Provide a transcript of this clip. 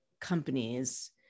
companies